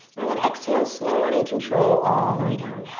then exhale, slow and in control, all the way down.